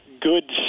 Good